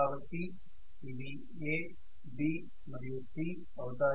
కాబట్టి ఇవి A B మరియు C అవుతాయి